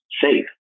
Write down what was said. safe